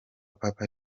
papa